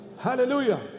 Hallelujah